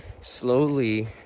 slowly